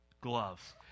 gloves